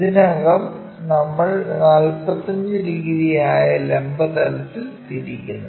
ഇതിനകം നമ്മൾ 45 ഡിഗ്രി ആയി ലംബ തലത്തിൽ തിരിക്കുന്നു